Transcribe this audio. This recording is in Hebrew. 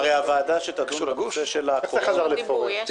אבל בקרקס של כץ השתתפתם, אז זה